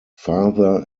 father